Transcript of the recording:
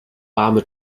warme